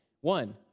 One